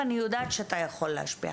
ואני יודעת שאתה יכול להשפיע.